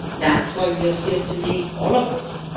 that's why we are here today, all of us.